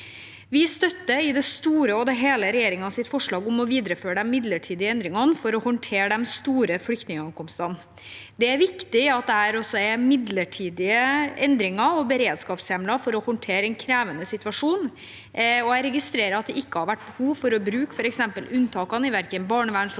Vi støtter i det store og hele regjeringens forslag om å videreføre de midlertidige endringene for å håndtere de store flyktningankomstene. Det er viktig at dette er midlertidige endringer og beredskapshjemler for å håndtere en krevende situasjon. Jeg registrerer at det ikke har vært behov for å bruke f.eks. unntakene i barnevernslovgivningen